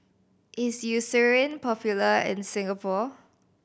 is Eucerin popular in Singapore